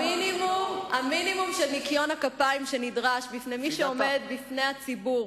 המינימום של ניקיון הכפיים שנדרש ממי שעומד בפני הציבור,